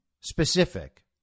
specific